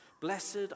Blessed